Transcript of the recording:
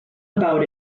about